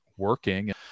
working